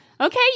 okay